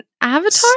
Avatar